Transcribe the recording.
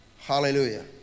hallelujah